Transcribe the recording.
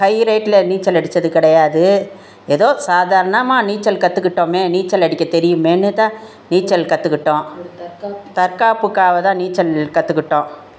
high ரேட்டில் நீச்சல் அடித்தது கிடையாது ஏதோ சாதாரணமாக நீச்சல் கற்றுக்கிட்டோமே நீச்சல் அடிக்க தெரியுமேனு தான் நீச்சல் கற்றுக்கிட்டோம் தற்காப்புக்காக தான் நீச்சல் கற்றுக்கிட்டோம்